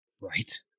Right